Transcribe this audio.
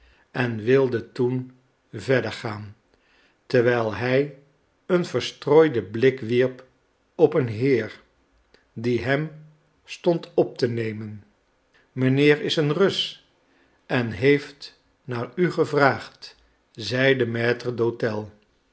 en wilde toen verder gaan terwijl hij een verstrooiden blik wierp op een heer die hem stond op te nemen mijnheer is een rus en heeft naar u gevraagd zeide de maître d'hôtel